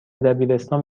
دبیرستان